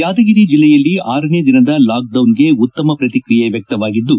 ಯಾದಗಿರಿ ಜಿಲ್ಲೆಯಲ್ಲಿ ಆರನೇ ದಿನದ ಲಾಕ್ಡೌನ್ಗೆ ಉತ್ತಮ ಪ್ರತಿಕ್ರಿಯೆ ವ್ಯಕ್ತವಾಗಿದ್ದು